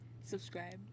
Subscribe